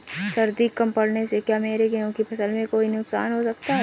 सर्दी कम पड़ने से क्या मेरे गेहूँ की फसल में कोई नुकसान हो सकता है?